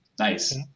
Nice